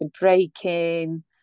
breaking